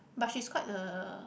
but she's quite the